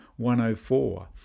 104